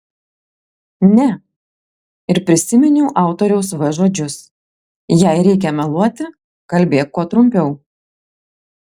ne ir prisiminiau autoriaus v žodžius jei reikia meluoti kalbėk kuo trumpiau